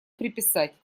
приписать